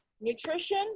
nutrition